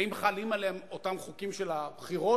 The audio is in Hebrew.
האם חלים עליהם אותם חוקים של הבחירות,